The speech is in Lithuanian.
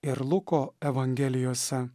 ir luko evangelijose